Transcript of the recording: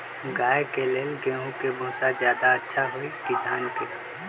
गाय के ले गेंहू के भूसा ज्यादा अच्छा होई की धान के?